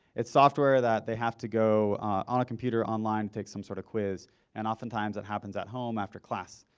it's software that they have to go on a computer online, take some sort of quiz and often times it happens at home after class.